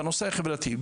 בנושא החברתי.